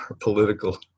political